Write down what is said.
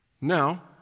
Now